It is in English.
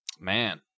Man